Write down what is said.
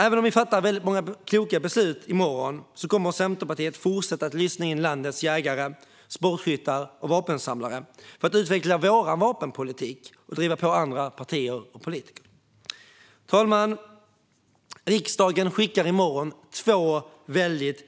Även om vi fattar väldigt många kloka beslut i morgon kommer Centerpartiet att fortsätta lyssna in landets jägare, sportskyttar och vapensamlare för att utveckla vår vapenpolitik och driva på andra partier och politiker. Fru talman! Riksdagen skickar i morgon två väldigt